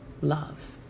love